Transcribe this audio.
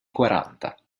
quaranta